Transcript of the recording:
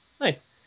Nice